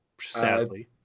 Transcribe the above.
sadly